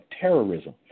terrorism